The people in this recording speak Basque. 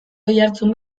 oihartzun